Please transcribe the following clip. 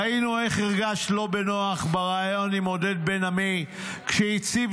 ראינו איך הרגשת לא בנוח בריאיון עם עודד בן-עמי כשהציב